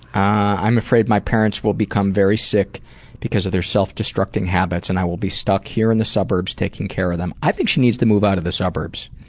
i'm afraid my parents will become very sick because of their self-destructing habits, and i will be stuck here in the suburbs taking care of them. i think she needs to move out of the suburbs.